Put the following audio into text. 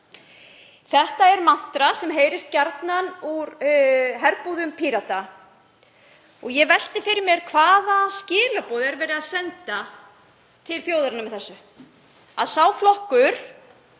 Þetta er mantra sem heyrist gjarnan úr herbúðum Pírata. Ég velti fyrir mér: Hvaða skilaboð er verið að senda til þjóðarinnar með þessu? Sá flokkur